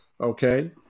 okay